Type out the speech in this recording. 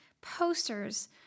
posters